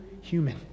human